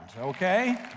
okay